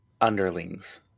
underlings